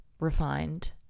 refined